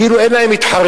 כאילו אין להם מתחרים.